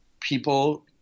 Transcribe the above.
people